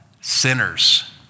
sinners